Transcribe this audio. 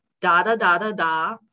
da-da-da-da-da